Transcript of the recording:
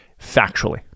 factually